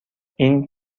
این